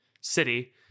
city